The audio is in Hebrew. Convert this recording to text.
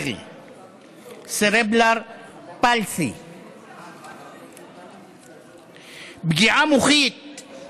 התשע"ה 2015. חבר הכנסת אחמד טיבי,